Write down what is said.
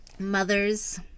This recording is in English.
mothers